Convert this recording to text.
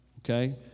Okay